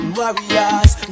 warriors